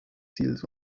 ziels